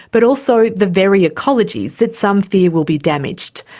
but also the very ecologies that some fear will be damaged,